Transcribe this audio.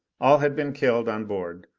all had been killed on board,